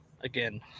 Again